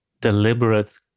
deliberate